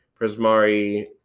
Prismari